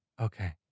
Okay